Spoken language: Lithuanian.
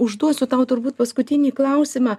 užduosiu tau turbūt paskutinį klausimą